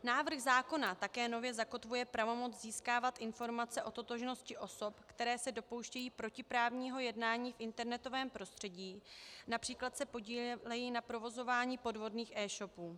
Návrh zákona také nově zakotvuje pravomoc získávat informace o totožnosti osob, které se dopouštějí protiprávního jednání v internetovém prostředí, například se podílejí na provozování podvodných eshopů.